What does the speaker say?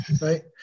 right